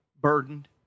burdened